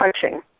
touching